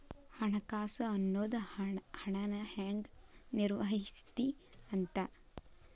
ಹಣಕಾಸು ಅನ್ನೋದ್ ಹಣನ ಹೆಂಗ ನಿರ್ವಹಿಸ್ತಿ ಅಂತ